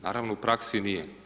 Naravno, u praksi nije.